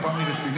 הפעם אני רציני,